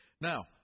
Now